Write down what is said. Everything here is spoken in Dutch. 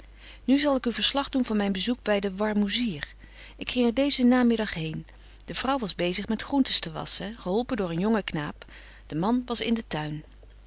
nu zal ik u verslag doen van myn bezoek by den warmoezier ik ging er deezen namiddag heen de vrouw was bezig met groentens te wassen geholpen door een jongen knaap de man was in den tuin